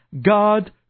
God